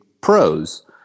pros